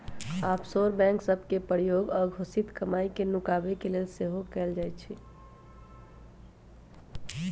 offshore bank सभ के प्रयोग अघोषित कमाई के नुकाबे के लेल सेहो कएल जाइ छइ